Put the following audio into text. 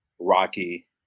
Rocky